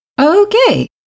Okay